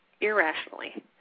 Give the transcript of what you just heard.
irrationally